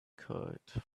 kite